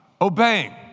obeying